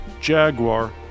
Jaguar